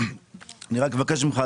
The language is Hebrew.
רק אני מבקש ממך,